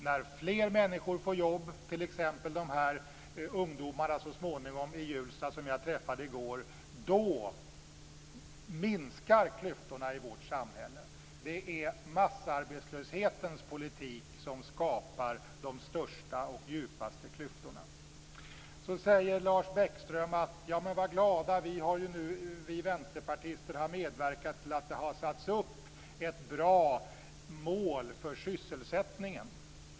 När fler människor får jobb, t.ex. ungdomarna i Hjulsta som jag träffade i går, minskar klyftorna i vårt samhälle. Det är massarbetslöshetens politik som skapar de största och djupaste klyftorna. Sedan säger Lars Bäckström: Var glada! Vi vänsterpartister har medverkat till att det har satts upp ett bra mål för sysselsättningen.